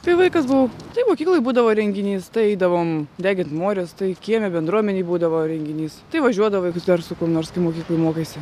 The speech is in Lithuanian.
kai vaikas buvau tai mokykloj būdavo renginys tai eidavom degint morės tai kieme bendruomenėj būdavo renginys tai važiuodavai dar su kuo nors kai mokykloj mokaisi